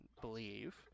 believe